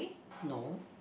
no